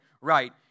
right